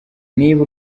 niba